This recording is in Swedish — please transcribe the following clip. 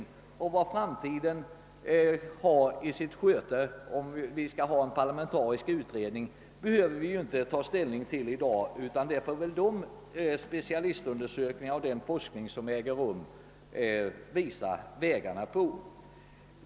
Vi vet inte vad framtiden bär i sitt sköte, och vi behöver inte i dag ta ställning till om vi skall ha en parlamentarisk utredning. De specialistundersökningar och den forskning som görs får väl visa vilka vägar man bör välja.